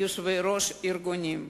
יושבי-ראש הארגונים,